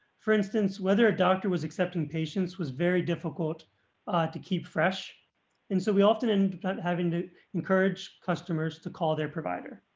for instance, whether a doctor was accepting patients was very difficult to keep fresh and so we often end up having to encourage customers to call their provider.